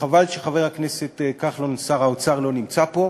וחבל שחבר הכנסת כחלון, שר האוצר, לא נמצא פה,